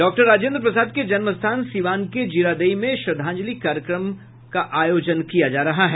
doctor Rajendra Prasad के जन्म स्थान सिवान के जीरादेई में श्रद्धांजलि कार्यक्रम मा आयोजन किया जा रहा है